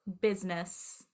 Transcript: business